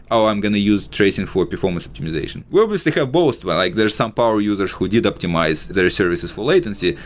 oh, i'm going to use tracing for performance optimization. we obviously have both. but like there're some power users who did optimize their services for latency,